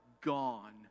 gone